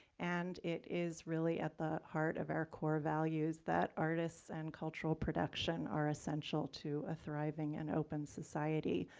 and it is really at the heart of our core values that artists and cultural production are essential to a thriving and open society.